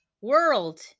world